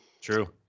true